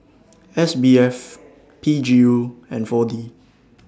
S B F P G U and four D